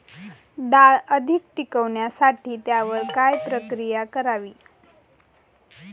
डाळ अधिक टिकवण्यासाठी त्यावर काय प्रक्रिया करावी?